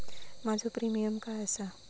माझो प्रीमियम काय आसा?